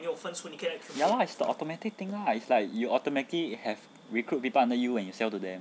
ya lah it's the automatic thing lah it's like you automatically have recruit people under you when you sell to them